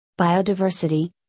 biodiversity